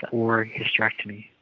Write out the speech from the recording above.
or hysterectomy.